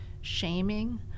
shaming